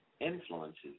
influences